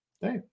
Hey